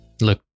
look